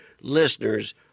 listeners